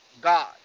God